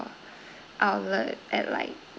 outlet at like